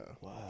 Wow